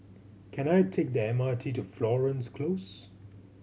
can I take the M R T to Florence Close